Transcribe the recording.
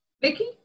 Vicky